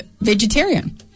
vegetarian